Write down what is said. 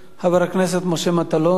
חבר הכנסת משה מטלון.